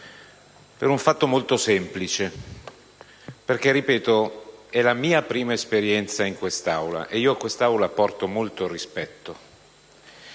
per un fatto molto semplice, perché, lo ripeto, è la mia prima esperienza in quest'Aula, e io a quest'Aula porto molto rispetto.